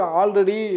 already